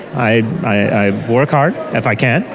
i i work hard, if i can,